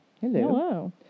hello